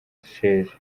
sheja